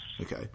Okay